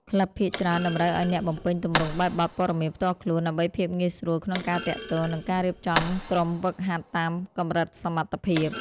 ក្លឹបភាគច្រើនតម្រូវឱ្យអ្នកបំពេញទម្រង់បែបបទព័ត៌មានផ្ទាល់ខ្លួន ដើម្បីភាពងាយស្រួលក្នុងការទាក់ទង និងការរៀបចំក្រុមហ្វឹកហាត់តាមកម្រិតសមត្ថភាព។